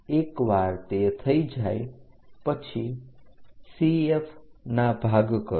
એકવાર તે થઈ જાય પછી CF ના ભાગ કરો